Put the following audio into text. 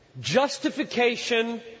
Justification